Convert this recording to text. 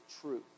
truth